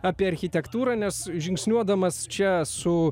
apie architektūrą nes žingsniuodamas čia su